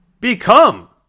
become